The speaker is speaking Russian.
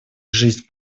жизнь